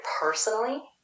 personally